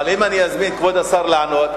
אבל אם אני אזמין את כבוד השר לעלות,